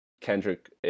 Kendrick